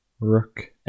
Rook